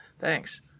Thanks